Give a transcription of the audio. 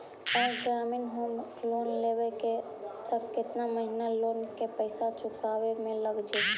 अगर ग्रामीण home loan लेबै त केतना महिना लोन के पैसा चुकावे में लग जैतै?